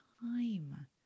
time